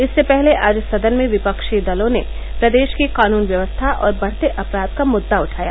इससे पहले आज सदन में विपक्षी दलों ने प्रदेश की कानून व्यवस्था और बढ़ते अपराध का मुद्दा उठाया